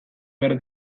behar